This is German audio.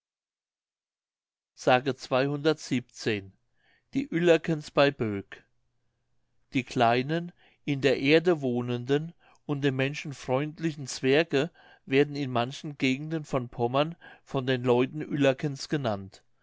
die uellerkens bei boek die kleinen in der erde wohnenden und dem menschen freundlichen zwerge werden in manchen gegenden von pommern von den leuten uellerkens genannt